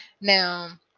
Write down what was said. Now